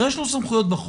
הרי יש לו סמכויות בחוק,